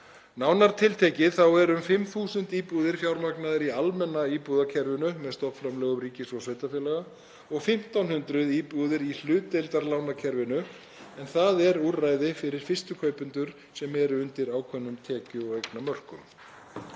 Nánar tiltekið þá eru um 5.000 íbúðir fjármagnaðar í almenna íbúðakerfinu með stofnframlagi ríkis og sveitarfélaga og 1.500 íbúðir í hlutdeildarlánakerfinu, en það er úrræði fyrir fyrstu kaupendur undir ákveðnum tekjumörkum.